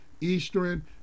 Eastern